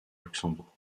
luxembourg